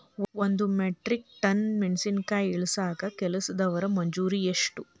ಒಂದ್ metric tonne ಮೆಣಸಿನಕಾಯಿ ಇಳಸಾಕ್ ಕೆಲಸ್ದವರ ಮಜೂರಿ ಎಷ್ಟ?